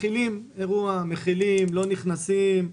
מכילים אירוע, מכילים, לא נכנסים,